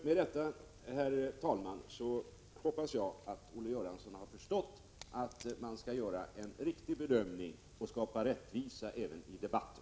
Med detta, herr talman, hoppas jag att Olle Göransson har förstått att man skall göra en riktig bedömning och skapa rättvisa även i debatten.